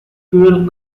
fuel